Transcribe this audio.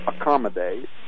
accommodate